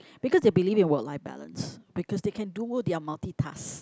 because they believe in work life balance because they can do their multitasks